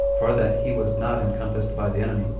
for that he was not encompassed by the enemy.